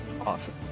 Awesome